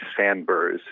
sandburrs